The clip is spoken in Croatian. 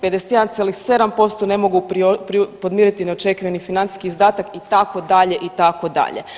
51,7% ne mogu podmiriti neočekivani financijski izdatak itd. itd.